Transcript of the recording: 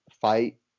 fight